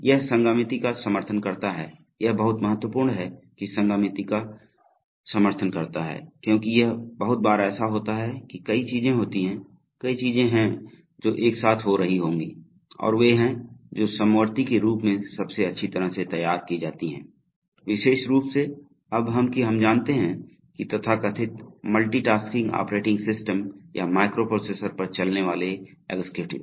यह संगामिति का समर्थन करता है यह बहुत महत्वपूर्ण है कि संगामिति का समर्थन करता है क्योंकि यह बहुत बार ऐसा होता है कि कई चीजें होती हैं कई चीजें हैं जो एक साथ हो रही होंगी और वे हैं जो समवर्ती के रूप में सबसे अच्छी तरह से तैयार की जाती हैं विशेष रूप से अब कि हम जानते हैं कि तथाकथित मल्टीटास्किंग ऑपरेटिंग सिस्टम या माइक्रोप्रोसेसर पर चलने वाले एक्सेक्यूटिव्स